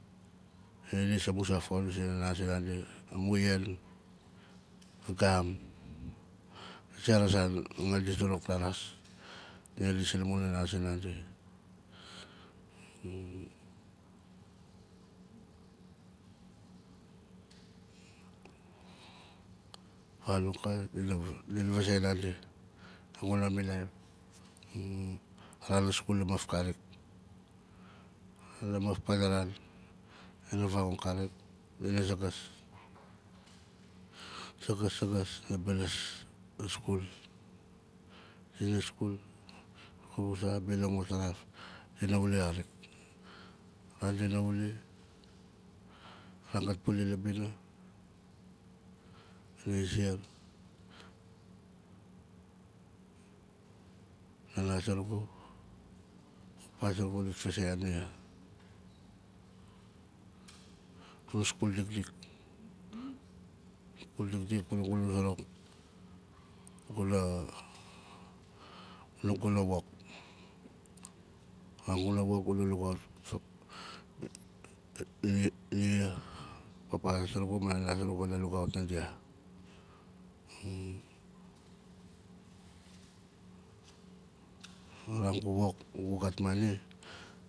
Dina lis amun san fakdul zi nana zinandi amu yaan, gam a zera zan madi zuruk la ras dina lis sina mun nana zinandi vanong ka dina vaze nandi naguna milaif a ran a skul lamaf karik lamaf panaran dina ravangon karik dina zangas sagas, sagas, di baalas la skul dina skul wuza bina nguzaraf dina wuli karik a ran dina wuli a ran gat puli la bina ga na ziar nana zurugu ma papa zurugu dit vazeang nia gu na skul dikdik skul dikdik kunaa gu na gu na- kunaa gu na wok a ran gu na wok gu na lugaut nia papa zurugu ma nana zurugu kanaa lugaut nandia a ran gu wok gu gat mani